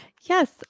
Yes